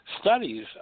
studies